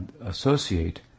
associate